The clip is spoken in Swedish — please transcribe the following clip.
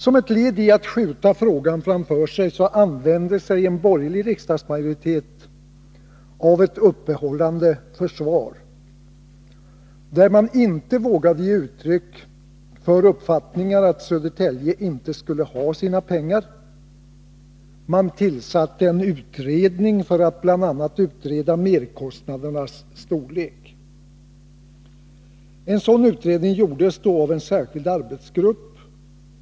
Som ett led i att skjuta frågan framför sig använde en borgerlig riksdagsmajoritet ett uppehållande försvar, där man inte vågade ge uttryck för uppfattningen att Södertälje inte skulle ha sina pengar, utan tillsatte en utredning för att bl.a. fastställa merkostnadernas storlek. En sådan utredning gjordes då av en särskild arbetsgrupp.